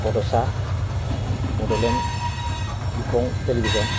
बड'सा बड'लेण्ड इंखं television television